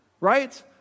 Right